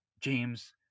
James